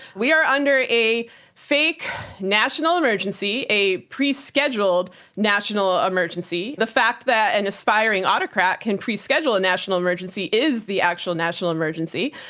we are under a fake national emergency, a pre-scheduled national emergency. the fact that an aspiring autocrat can pre-schedule a national emergency is the actual national emergency.